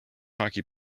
hockey